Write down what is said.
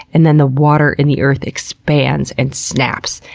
and then the water in the earth expands and snaps.